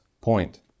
point